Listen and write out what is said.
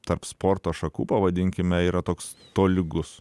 tarp sporto šakų pavadinkime yra toks tolygus